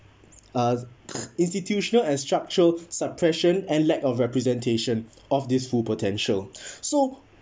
uh institutional and structural suppression and lack of representation of this full potential so